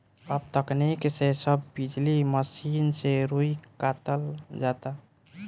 अब तकनीक से सब बिजली मसीन से रुई कातल जाता